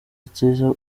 nziza